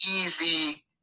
easy